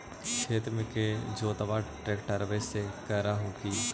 खेत के जोतबा ट्रकटर्बे से कर हू की?